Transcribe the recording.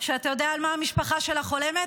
אתה יודע על מה המשפחה שלה חולמת?